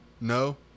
no